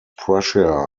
prussia